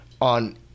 on